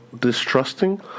distrusting